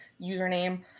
username